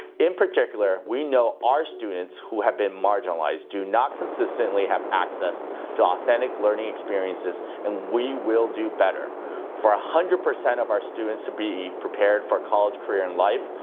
in particular, we know our students who have been marginalized do not consistently have access to authentic learning experiences and we will do better for one hundred percent of our students to be prepared for college, career, and life.